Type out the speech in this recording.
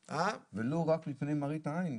ולו רק מפני מראית עין.